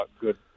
good